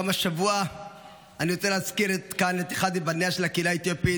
גם השבוע אני רוצה להזכיר כאן את אחד מבניה של הקהילה האתיופית,